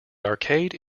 arcade